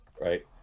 right